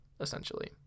Essentially